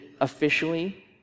officially